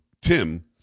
Tim